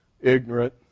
ignorant